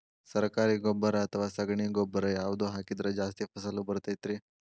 ಸರಕಾರಿ ಗೊಬ್ಬರ ಅಥವಾ ಸಗಣಿ ಗೊಬ್ಬರ ಯಾವ್ದು ಹಾಕಿದ್ರ ಜಾಸ್ತಿ ಫಸಲು ಬರತೈತ್ರಿ?